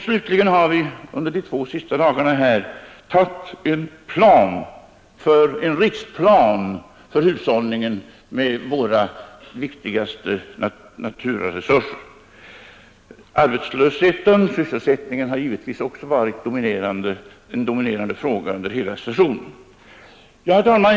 Slutligen har vi under de två senaste dagarna debatterat och beslutat om en riksplan för hushållningen med våra viktigaste naturaresurser. Arbetslösheten och sysselsättningen har givetvis också varit en dominerande fråga under hela sessionen. Herr talman!